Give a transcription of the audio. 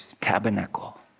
tabernacle